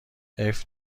حیف